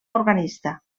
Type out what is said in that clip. organista